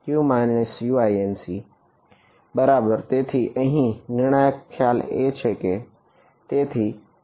U Uinc બરાબર તેથી આ અહીં નિર્ણાયક ખ્યાલ છે બરાબર